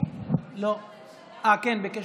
ביקש